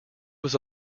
was